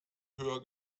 höher